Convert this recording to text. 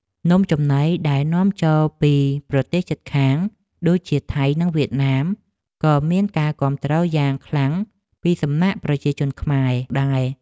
នំចំណីដែលនាំចូលពីប្រទេសជិតខាងដូចជាថៃនិងវៀតណាមក៏មានការគាំទ្រយ៉ាងខ្លាំងពីសំណាក់ប្រជាជនខ្មែរដែរ។